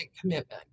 commitment